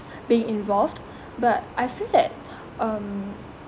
being involved but I feel that um